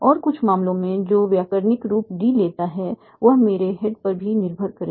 और कुछ मामलों में जो व्याकरणिक रूप D लेता है वह मेरे हेड पर भी निर्भर करेगा